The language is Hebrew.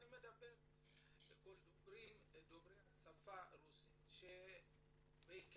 אלא גם לגבי כל דוברי השפה הרוסית ובעיקר